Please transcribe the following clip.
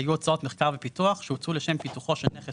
היו הוצאות מחקר ופיתוח שהוצאו לשם פיתוחו של נכס